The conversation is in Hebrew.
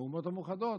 לאומות המאוחדות,